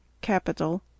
capital